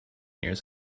years